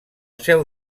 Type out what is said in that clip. seu